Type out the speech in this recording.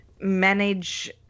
manage